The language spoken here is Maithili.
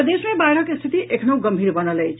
प्रदेश मे बाढ़िक स्थिति एखनहँ गम्भीर बनल अछि